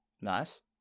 nice